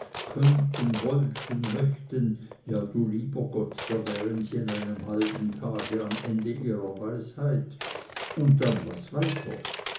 könnten wollten möchten ja du lieber gott da wären sie in einem halben tage am ende ihrer weisheit und dann was weiter